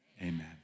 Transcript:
Amen